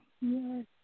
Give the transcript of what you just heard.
Yes